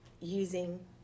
using